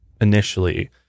initially